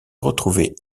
retrouvé